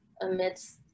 amidst